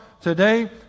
today